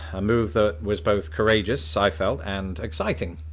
a move that was both courageous, i felt, and exciting.